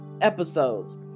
episodes